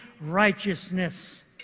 Righteousness